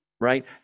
right